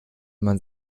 man